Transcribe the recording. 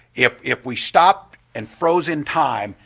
if if we stopped and froze in time,